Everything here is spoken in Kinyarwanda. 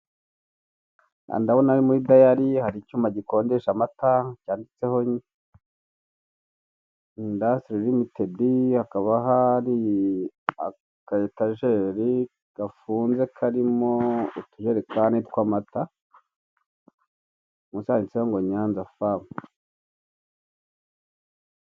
Aha ndabona ari muri diary hari icyuma gikonjesha amata cyanditseho Industry Limited hakaba hari aka etajeri gafunze karimo utujerekani tw'amata, munsi handitseho ngo Nyanza Farm.